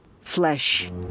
flesh